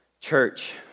Church